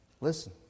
Listen